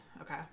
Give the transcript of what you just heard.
okay